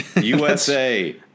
USA